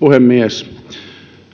puhemies